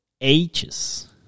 ages